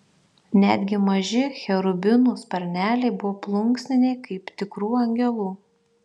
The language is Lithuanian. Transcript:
netgi maži cherubinų sparneliai buvo plunksniniai kaip tikrų angelų